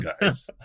guys